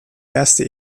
erste